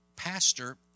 pastor